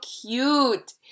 cute